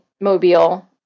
Mobile